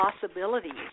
possibilities